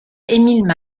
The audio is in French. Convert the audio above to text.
émile